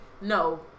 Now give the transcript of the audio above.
No